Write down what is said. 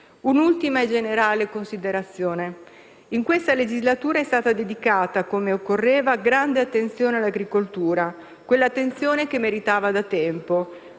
un'ultima e generale considerazione. In questa legislatura è stata dedicata, come occorreva, grande attenzione all'agricoltura, quella attenzione che meritava da tempo.